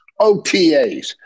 OTAs